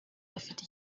afite